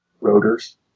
Rotors